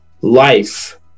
life